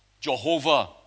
Jehovah